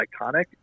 iconic